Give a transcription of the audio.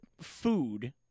food